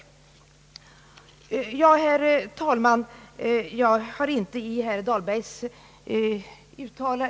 Ang. utlänningspolitiken, m.m. Herr talman!